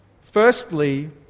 Firstly